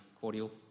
cordial